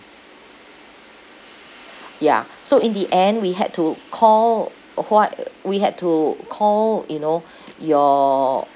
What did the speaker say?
ya so in the end we had to call what we had to call you know your